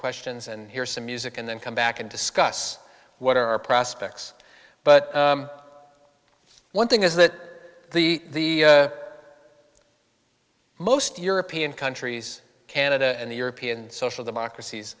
questions and hear some music and then come back and discuss what are our prospects but one thing is that the most european countries canada and the european social democracies